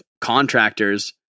contractors